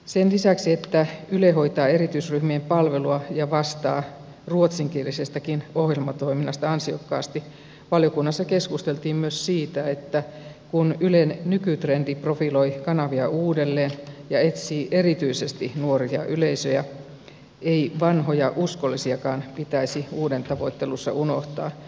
sen lisäksi että yle hoitaa erityisryhmien palvelua ja vastaa ruotsinkielisestäkin ohjelmatoiminnasta ansiokkaasti valiokunnassa keskusteltiin myös siitä että kun ylen nykytrendi profiloi kanavia uudelleen ja etsii erityisesti nuoria yleisöjä ei vanhoja uskollisiakaan pitäisi uuden tavoittelussa unohtaa